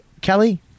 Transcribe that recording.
Kelly